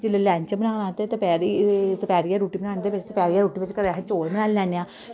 जिल्लै लंच बनाना ते दपैह्रीं दपैह्रीं दी रुट्टी बनांदे ते दपैह्रीं दी रुट्टी बिच कदें अस चौल बनाई लैने आं